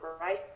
right